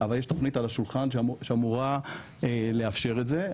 אבל יש תוכנית על השולחן שאמורה לאפשר את זה.